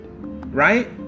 right